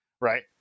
right